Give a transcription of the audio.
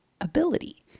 ability